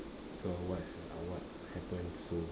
so what uh what happens to